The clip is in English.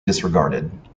disregarded